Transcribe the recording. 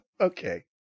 Okay